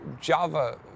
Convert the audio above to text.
Java